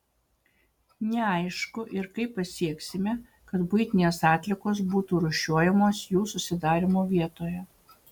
neaišku ir kaip pasieksime kad buitinės atliekos būtų rūšiuojamos jų susidarymo vietoje